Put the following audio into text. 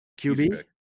QB